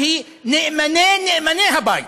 שהיא נאמני נאמני הבית,